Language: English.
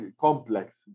complex